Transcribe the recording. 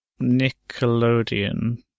Nickelodeon